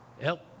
help